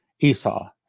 Esau